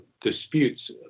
disputes